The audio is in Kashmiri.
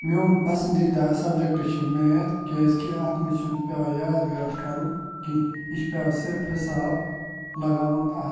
میون پسنٛددیدہ سبجکٹ چھُ میتھ کیازکہِ اَتھ منٛز چھُنہٕ پیٚوان یاد واد کرُن کیٚنٛہہ یہِ چھُ پیٚوان صرف حساب لگاوُن اتھ